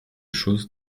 chose